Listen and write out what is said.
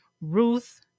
Ruth